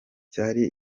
cyari